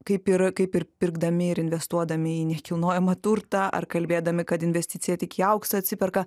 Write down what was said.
kaip ir kaip ir pirkdami ir investuodami į nekilnojamą turtą ar kalbėdami kad investicija tik į auksą atsiperka